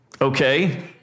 Okay